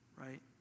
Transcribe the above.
right